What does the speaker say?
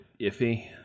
iffy